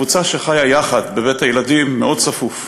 כקבוצה שחיה יחד בבית-ילדים מאוד צפוף.